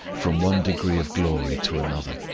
from one degree of glory to another,